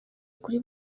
kuri